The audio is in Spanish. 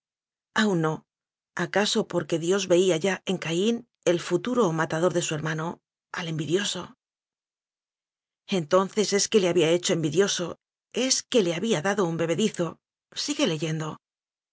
no acaso porque dios veía ya en caín el futuro matador de su hermano al envidioso n entonces es que le había hecho envidio so es que le había dado un bebedizo sigue leyendo